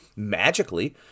magically